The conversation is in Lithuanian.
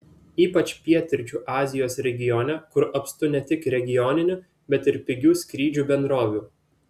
ypač pietryčių azijos regione kur apstu ne tik regioninių bet ir pigių skrydžių bendrovių